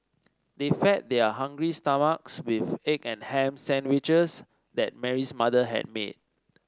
they fed their hungry stomachs with egg and ham sandwiches that Mary's mother had made